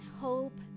hope